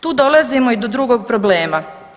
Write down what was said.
Tu dolazimo i do drugog problema.